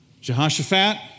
Jehoshaphat